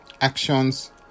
actions